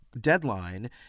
deadline